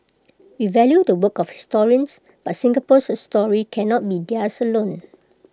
we value the work of historians but Singapore's story cannot be theirs alone